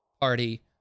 Party